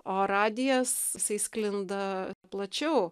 o radijas jisai sklinda plačiau